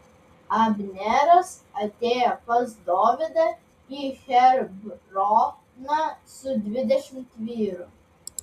abneras atėjo pas dovydą į hebroną su dvidešimt vyrų